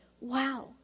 Wow